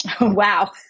Wow